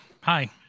Hi